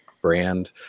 brand